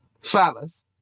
fellas